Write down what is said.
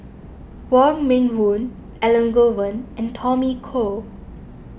Wong Meng Voon Elangovan and Tommy Koh